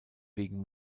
wegen